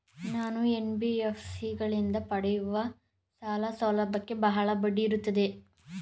ನಾನು ಎನ್.ಬಿ.ಎಫ್.ಸಿ ಗಳಿಂದ ಪಡೆಯುವ ಸಾಲ ಸೌಲಭ್ಯಕ್ಕೆ ಬಹಳ ಬಡ್ಡಿ ಇರುತ್ತದೆಯೇ?